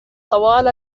طوال